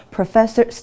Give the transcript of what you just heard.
Professor